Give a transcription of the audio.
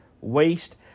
waste